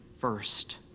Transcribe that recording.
first